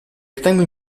ritengo